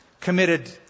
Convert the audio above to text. committed